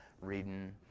reading